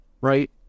right